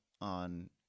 on